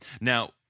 Now